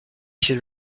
should